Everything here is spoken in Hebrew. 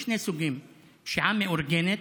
יש שני סוגים: פשיעה מאורגנת,